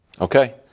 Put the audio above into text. Okay